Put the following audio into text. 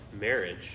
marriage